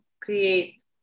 create